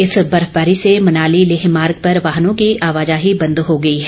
इस बर्फबारी से मनाली लेह मार्ग पर वाहनों की आवाजाही बंद हो गई है